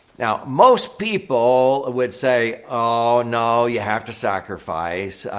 now, most people would say, oh, no. you have to sacrifice.